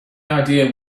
idea